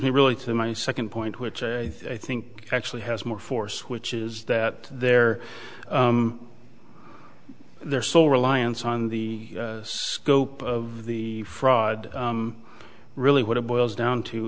me really to my second point which i think actually has more force which is that there their sole reliance on the scope of the fraud really what it boils down to